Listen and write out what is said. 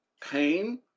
pain